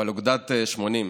אבל אוגדה 80,